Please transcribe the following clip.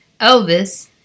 elvis